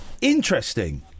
interesting